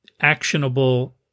actionable